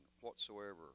whatsoever